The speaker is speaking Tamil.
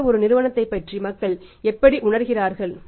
எந்தவொரு நிறுவனத்தை பற்றி மக்கள் எப்படி உணருகிறார்கள்